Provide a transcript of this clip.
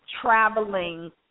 traveling